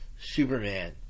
Superman